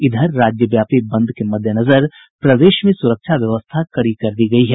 इधर राज्यव्यापी बंद के मद्देनजर प्रदेश में सुरक्षा व्यवस्था कड़ी कर दी गयी है